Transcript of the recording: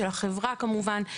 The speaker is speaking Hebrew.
של החברה כמובן.